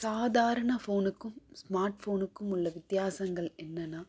சாதாரண ஃபோனுக்கும் ஸ்மார்ட் ஃபோனுக்கும் உள்ள வித்தியாசங்கள் என்னென்னா